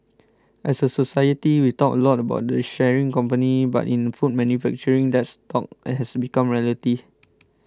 as a society we talk a lot about the sharing company but in food manufacturing that's talk has become reality